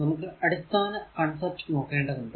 നമുക്ക് അടിസ്ഥാന കോൺസെപ്റ് നോക്കേണ്ടതുണ്ട്